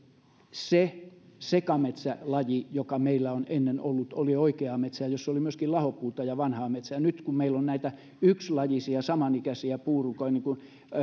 se sekametsälaji joka meillä on ennen ollut oli oikeaa metsää jossa oli myöskin lahopuuta ja vanhaa metsää nyt kun meillä on näitä yksilajisia samanikäisiä puunrunkoja